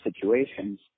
situations